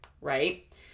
right